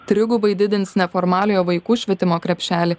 trigubai didins neformaliojo vaikų švietimo krepšelį